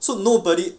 so nobody